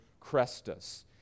Crestus